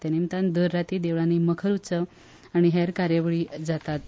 ते निमतान दर रातीं देवळांनी मखर उत्सव अनी हेर कार्यावळी जातात